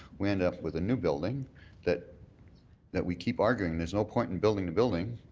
we ended up with a new building that that we keep arguing there's no point in building the building,